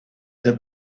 that